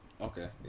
okay